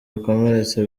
bikomeretsa